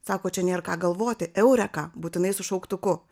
sako čia nėr ką galvoti eureka būtinai su šauktuku